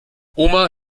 oma